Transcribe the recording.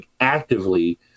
actively